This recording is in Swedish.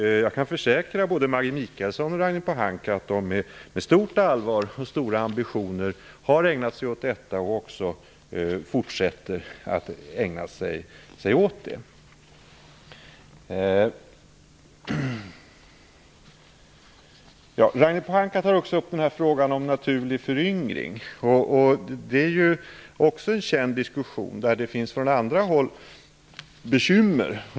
Jag kan försäkra både Maggi Mikaelsson och Ragnhild Pohanka om att man med stort allvar och stora ambitioner har ägnat sig åt detta och också fortsätter med det. Ragnhild Pohanka tar också upp frågan om naturlig föryngring. Det är ju en känd fråga där det finns bekymmer.